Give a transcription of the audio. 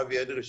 אבי אדרי,